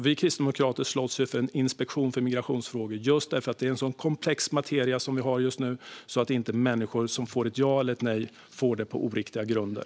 Vi kristdemokrater slåss för en inspektion för migrationsfrågor just därför att det är en komplex materia vi har just nu, så att människor som får ett ja eller ett nej inte får detta på oriktiga grunder.